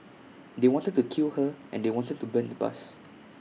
they wanted to kill her and they wanted to burn the bus